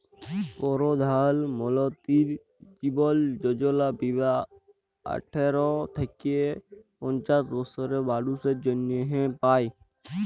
পরধাল মলতিরি জীবল যজলা বীমা আঠার থ্যাইকে পঞ্চাশ বসরের মালুসের জ্যনহে পায়